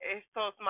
estos